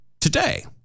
Today